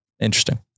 Interesting